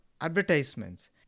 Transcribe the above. Advertisements